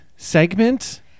Segment